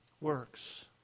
works